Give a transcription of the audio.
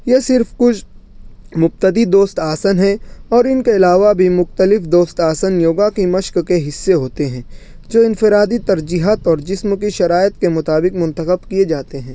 یہ صرف کچھ مبتدی دوست آسن ہیں اور ان کے علاوہ بھی مختلف دوست آسن یوگا کی مشق کے حصے ہوتے ہیں جو انفرادی ترجیحات اور جسم کی شرائط کے مطابق منتخب کیے جاتے ہیں